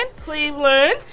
Cleveland